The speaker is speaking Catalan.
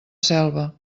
selva